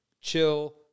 Chill